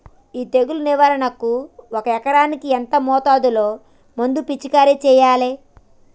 ఈ తెగులు నివారణకు ఒక ఎకరానికి ఎంత మోతాదులో మందు పిచికారీ చెయ్యాలే?